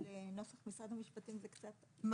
משרד המשפטים זה קצת אחרת.